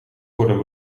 worden